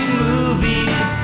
movies